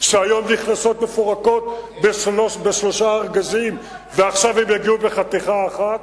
שהיום מוכנסות מפורקות בשלושה ארגזים ועכשיו יגיעו בחתיכה אחת.